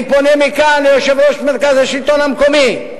אני פונה מכאן ליושב-ראש מרכז השלטון המקומי,